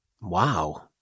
wow